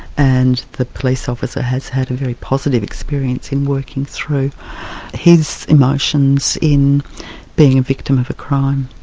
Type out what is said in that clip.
and the police officer has had a very positive experience in working through his emotions in being a victim of a crime.